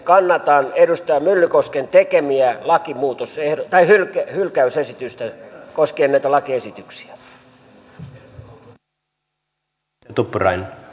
kannatan edustaja myllykosken tekemää hylkäysesitystä koskien näitä lakiesityksiä